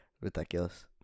Ridiculous